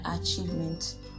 achievement